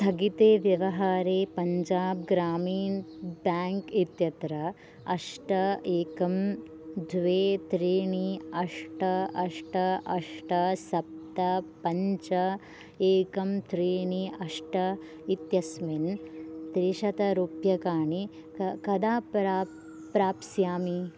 स्थगिते व्यवहारे पञ्जाब् ग्रामिन् बेङ्क् इत्यत्र अष्ट एकं द्वे त्रीणि अष्ट अष्ट अष्ट सप्त पञ्च एकं त्रीणि अष्ट इत्यस्मिन् त्रिशतरूप्यकाणि क कदा प्रा प्राप्स्यामि